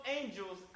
angels